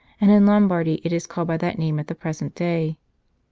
and in lombardy it is called by that name at the present day.